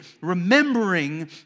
Remembering